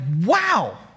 wow